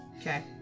Okay